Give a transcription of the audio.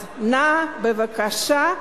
אז אנא, בבקשה,